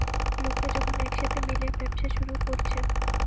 লোকরা যখন একসাথে মিলে ব্যবসা শুরু কোরছে